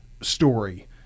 story